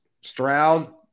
Stroud